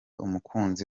umukunzi